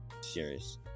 Serious